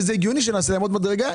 והגיוני שנעשה עוד מדרגה,